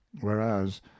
whereas